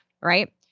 Right